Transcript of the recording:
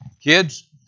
Kids